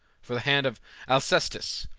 for the hand of alcestis,